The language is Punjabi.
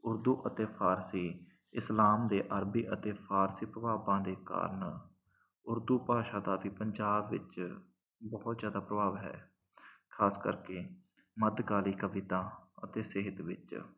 ਉਰਦੂ ਅਤੇ ਫ਼ਾਰਸੀ ਇਸਲਾਮ ਦੇ ਅਰਬੀ ਅਤੇ ਫ਼ਾਰਸੀ ਪ੍ਰਭਾਵਾਂ ਦੇ ਕਾਰਨ ਉਰਦੂ ਭਾਸ਼ਾ ਦਾ ਵੀ ਪੰਜਾਬ ਵਿੱਚ ਬਹੁਤ ਜ਼ਿਆਦਾ ਪ੍ਰਭਾਵ ਹੈ ਖਾਸ ਕਰਕੇ ਮੱਧਕਾਲੀ ਕਵਿਤਾ ਅਤੇ ਸਿਹਤ ਵਿੱਚ